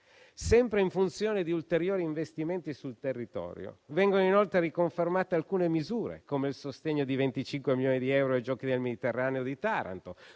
Sempre in funzione di ulteriori investimenti sul territorio vengono inoltre riconfermate alcune misure, come il sostegno di 25 milioni di euro ai Giochi del Mediterraneo di Taranto;